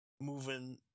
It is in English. moving